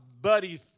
buddy